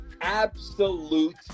absolute